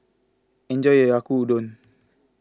enjoy your Yaki Udon